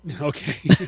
Okay